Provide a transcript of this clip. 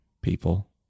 people